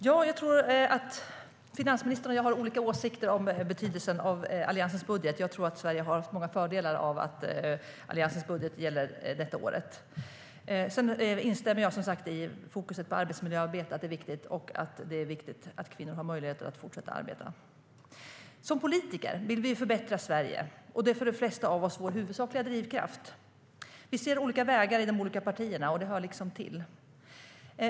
Herr talman! Finansministern och jag har olika åsikter om betydelsen av Alliansens budget. Jag tror att Sverige har många fördelar av att Alliansens budget gäller i år. Jag instämmer i att det är viktigt med fokus på arbetsmiljöarbetet, och det är viktigt att kvinnor har möjlighet att fortsätta att arbeta. Som politiker vill vi förbättra Sverige. Det är för de flesta av oss vår huvudsakliga drivkraft. Vi ser olika vägar i de olika partierna. Det hör liksom till.